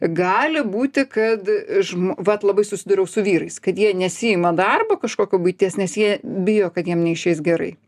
gali būti kad žm vat labai susidūriau su vyrais kad jie nesiima darbo kažkokio buities nes jie bijo kad jiem neišeis gerai